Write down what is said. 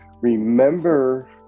Remember